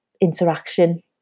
interaction